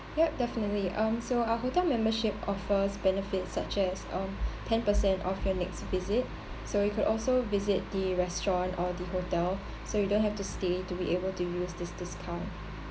yup definitely um so our hotel membership offers benefits such as um ten percent off when next visit so you could also visit the restaurant or the hotel so you don't have to stay to be able to use this discount